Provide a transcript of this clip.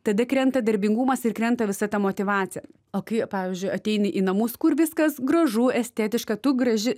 tada krenta darbingumas ir krenta visa ta motyvacija o kai pavyzdžiui ateini į namus kur viskas gražu estetiška tu graži